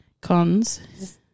Cons